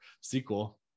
sequel